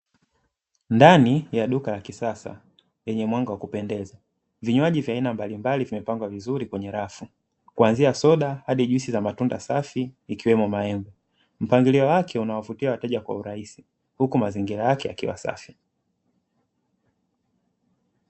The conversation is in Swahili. Ndani ya duka la kisasa lenye mwanga wa kupendeza, vinywaji vya aina mbalimbali vimepangwa vizuri kwenye rafu, kuanzia soda hadi juisi za matunda safi ikiwemo maembe. Mpangilio wake unawavutia wateja kwa urahisi, huku mazingira yakiwa safi.